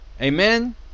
amen